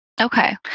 Okay